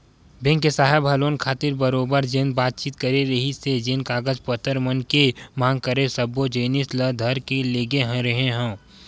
bank के साहेब ह लोन खातिर बरोबर जेन बातचीत करे रिहिस हे जेन कागज पतर मन के मांग करे सब्बो जिनिस ल धर के लेगे रेहेंव